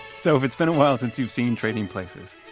so, it's been a while since you've seen trading places.